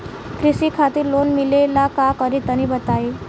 कृषि खातिर लोन मिले ला का करि तनि बताई?